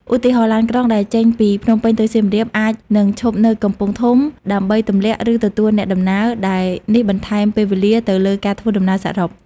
ឧទាហរណ៍ ឡានក្រុងដែលចេញពីភ្នំពេញទៅសៀមរាប អាចនឹងឈប់នៅកំពង់ធំដើម្បីទម្លាក់ ឬទទួលអ្នកដំណើរ ដែលនេះបន្ថែមពេលវេលាទៅលើការធ្វើដំណើរសរុប។